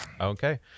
Okay